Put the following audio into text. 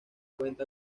cuenta